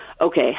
okay